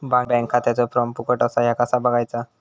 Bank खात्याचो form फुकट असा ह्या कसा बगायचा?